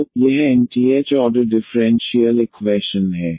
तो यह nth order differential equation है